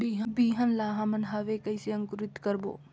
बिहान ला हमन हवे कइसे अंकुरित करबो?